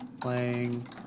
playing